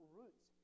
roots